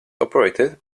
operated